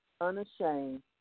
unashamed